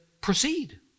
proceed